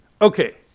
Okay